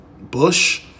Bush